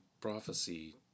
prophecy